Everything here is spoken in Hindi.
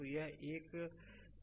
तो यह एक आंकड़ा 30 है